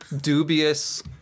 dubious